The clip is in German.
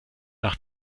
nach